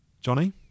Johnny